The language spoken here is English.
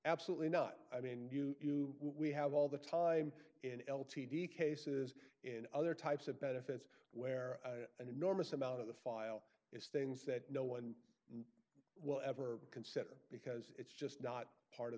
absolutely not i mean you we have all the time in l t d cases in other types of benefits where an enormous amount of the file is things that no one will ever consider because it's just not part of